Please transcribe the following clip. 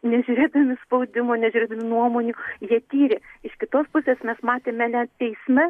nežiūrėdami spaudimo nežiūrėdami nuomonių jie tyrė iš kitos pusės mes matėme nes teismai